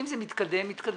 אם זה מתקדם, מתקדם.